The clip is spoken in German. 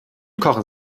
kochen